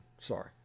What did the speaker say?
Sorry